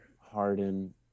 Harden